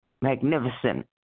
magnificent